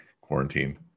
quarantine